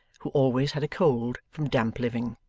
who always had a cold from damp living.